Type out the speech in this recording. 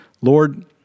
Lord